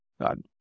God